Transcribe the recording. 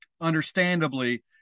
understandably